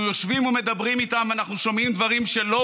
אנחנו יושבים ומדברים איתם ואנחנו שומעים דברים שלא